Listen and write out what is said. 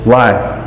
life